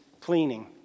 cleaning